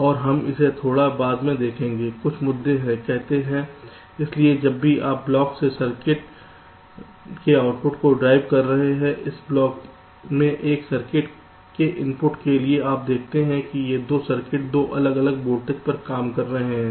और हम इसे थोड़ा बाद में देखेंगे कुछ मुद्दे हैं कहते हैं इसलिए जब भी आप इस ब्लॉक से सर्किट के आउटपुट को ड्राइव कर रहे हैं इस ब्लॉक में एक सर्किट के इनपुट के लिए आप देखते हैं कि ये दो सर्किट दो अलग अलग वोल्टेज पर काम कर रहे हैं